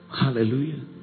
Hallelujah